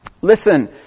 Listen